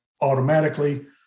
automatically